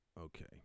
okay